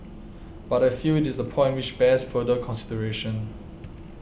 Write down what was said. but I feel it is a point which bears further consideration